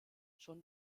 schon